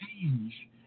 change